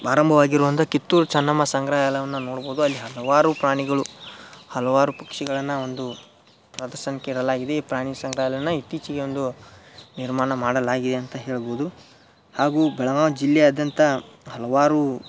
ಆರಂಭವಾಗಿರುವಂಥ ಕಿತ್ತೂರು ಚೆನ್ನಮ್ಮ ಸಂಗ್ರಹಾಲಯವನ್ನ ನೋಡ್ಬೋದು ಅಲ್ಲಿ ಹಲವಾರು ಪ್ರಾಣಿಗಳು ಹಲವಾರು ಪಕ್ಷಿಗಳನ್ನ ಒಂದು ಪ್ರದರ್ಶನಕ್ಕೆ ಇಡಲಾಗಿದೆ ಈ ಪ್ರಾಣಿ ಸಂಗ್ರಹಾಲಯನ ಇತ್ತೀಚಿಗೆ ಒಂದು ನಿರ್ಮಾಣ ಮಾಡಲಾಗಿದೆ ಅಂತ ಹೇಳ್ಬೋದು ಹಾಗೂ ಬೆಳಗಾವಿ ಜಿಲ್ಲೆಯಾದ್ಯಂತ ಹಲವಾರು